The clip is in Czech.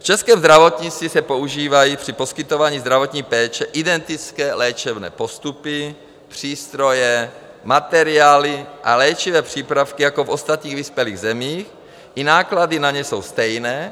V českém zdravotnictví se používají při poskytování zdravotní péče identické léčebné postupy, přístroje, materiály a léčivé přípravky jako v ostatních vyspělých zemích, i náklady na ně jsou stejné.